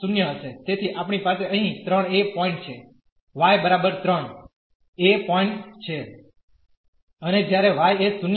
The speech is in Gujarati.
તેથી આપણી પાસે અહીં 3 a પોઇન્ટ છે y બરાબર 3 a પોઇન્ટ છે